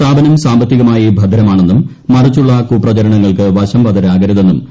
സ്ഥാപനം സാമ്പത്തികമായി ഭദ്രമാണെന്നും മറിച്ചുള്ള കുപ്രചരണങ്ങൾക്ക് വശം ഉടമ്കളോട് എൽ